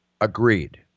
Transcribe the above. Agreed